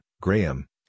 Graham